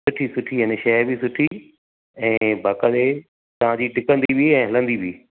सुठी सुठी ऐं न शइ बि सुठी ऐं बाकाइदे तव्हां जी टिकंदी बि ऐं हलंदी बि